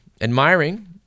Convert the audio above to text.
admiring